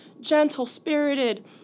gentle-spirited